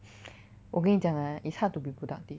mm 我跟你讲 ah is hard to be productive